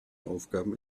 aufgaben